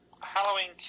Halloween